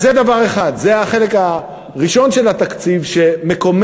אז זה דבר אחד, זה החלק הראשון של התקציב שמקומם,